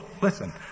Listen